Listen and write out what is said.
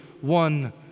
one